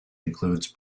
includes